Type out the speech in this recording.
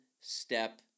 step